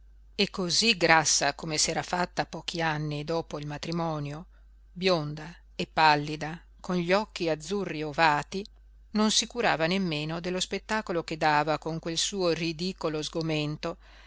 e cosí grassa come s'era fatta pochi anni dopo il matrimonio bionda e pallida con gli occhi azzurri ovati non si curava nemmeno dello spettacolo che dava con quel suo ridicolo sgomento